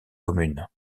commune